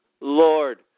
Lord